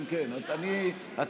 אדוני, אני רק רוצה להגיד תודות.